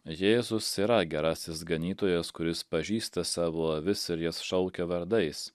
jėzus yra gerasis ganytojas kuris pažįsta savo avis ir jas šaukia vardais